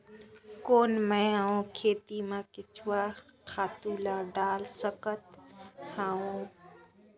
कौन मैं हवे खेती मा केचुआ खातु ला डाल सकत हवो?